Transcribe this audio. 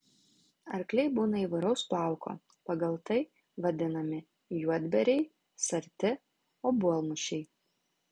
arkliai būna įvairaus plauko pagal tai vadinami juodbėriai sarti obuolmušiai